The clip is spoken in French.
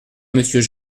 monsieur